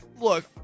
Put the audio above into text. look